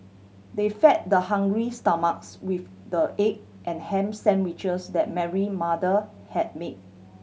they fed the hungry stomachs with the egg and ham sandwiches that Mary mother had made